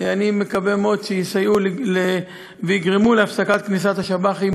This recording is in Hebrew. אני מקווה מאוד שיסייעו ויגרמו להפסקת כניסת השב"חים